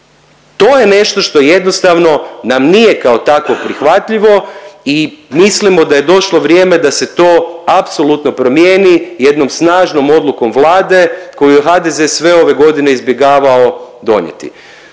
To je nešto što jednostavno nam nije kao takvo prihvatljivo i mislimo da je došlo vrijeme da se to apsolutno promijeni jednom snažnom odlukom Vlade koju je HDZ sve ove godine izbjegavao donijeti.